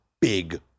big